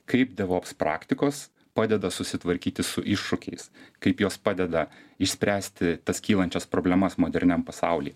kaip devops praktikos padeda susitvarkyti su iššūkiais kaip jos padeda išspręsti tas kylančias problemas moderniam pasauly